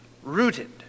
Rooted